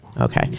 Okay